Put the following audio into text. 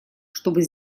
чтобы